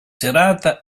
serata